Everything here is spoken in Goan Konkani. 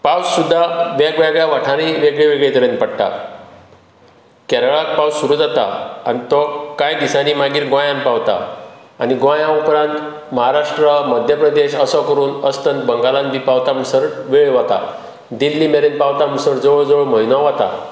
पावस सुद्दां वेगवेगळ्या वाठारी वेगळे वेगळे तरेन पडटा केरळाक पावस सुरू जाता आनी तो कांय दिसांनी मागीर गोंयांत पावता आनी गोंयां उपरांत महाराष्ट्रा मध्य प्रदेश असो करून अस्तंत बंगालान बी पावता म्हणसर वेळ वता दिल्ली मेरेन पावता म्हणसर जवळ जवळ म्हयनो वता